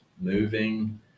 moving